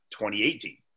2018